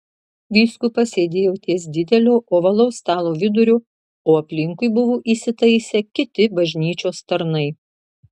vyskupas sėdėjo ties didelio ovalaus stalo viduriu o aplinkui buvo įsitaisę kiti bažnyčios tarnai